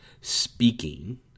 speaking